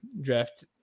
draft